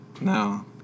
No